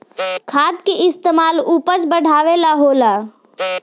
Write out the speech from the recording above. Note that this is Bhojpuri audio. खाद के इस्तमाल उपज बढ़ावे ला होला